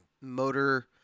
motor